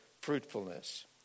fruitfulness